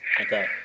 Okay